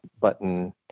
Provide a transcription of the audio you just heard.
button